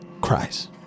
cries